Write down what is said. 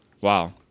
Wow